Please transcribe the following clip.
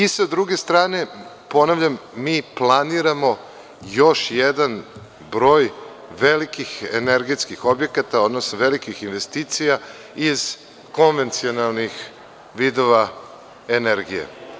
Sa druge strane, ponavljam, mi planiramo još jedan broj velikih energetskih objekata, odnosno velikih investicija iz konvencionalnih vidova energije.